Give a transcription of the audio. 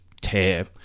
tear